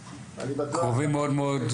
קרובים מאוד מאוד,